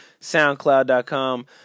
Soundcloud.com